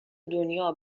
دنیا